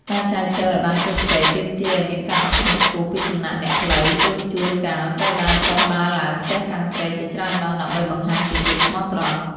ការចែចូវឱ្យបានជោគជ័យ ទាមទារឱ្យមានការអត់ធ្មត់ខ្ពស់ពីសំណាក់អ្នកផ្លូវ ព្រោះជួនកាលត្រូវដើរចុះដើរឡើងផ្ទះខាងស្រីជាច្រើនដង ដើម្បីបង្ហាញពីភាពស្មោះត្រង់។